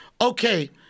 Okay